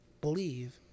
believe